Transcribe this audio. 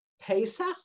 Pesach